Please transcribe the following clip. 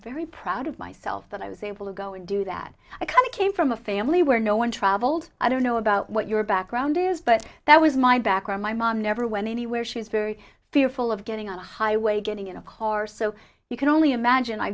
very proud of myself that i was able to go and do that i kind of came from a family where no one traveled i don't know about what your background is but that was my background my mom never went anywhere she was very fearful of getting on a highway getting in a car so you can only imagine i